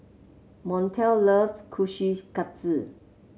Montel loves Kushikatsu